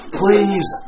please